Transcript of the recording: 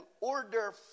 order